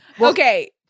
Okay